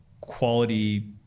quality